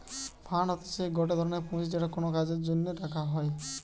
fund হতিছে গটে ধরনের পুঁজি যেটা কোনো কাজের জন্য রাখা হই